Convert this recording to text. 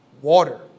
water